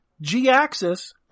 G-Axis